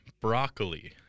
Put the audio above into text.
broccoli